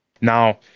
now